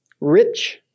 rich